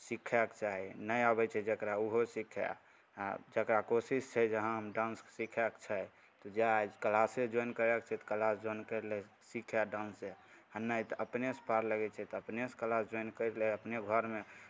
सीखयके चाही नहि आबै छै जकरा ओहो सीखय आ जकरा कोशिश छै जे हँ हम डान्स सिखयके छै जाय क्लासे जोइन करय नृत्य क्लास जोइन करि लए सीखय डान्से आ नहि तऽ अपनेसँ पार लगै छै तऽ अपने क्लास जॉइन करि लए अपने घरमे